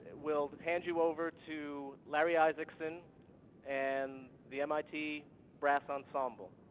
we'll hand you over to larry isaacson and the mit brass ensemble.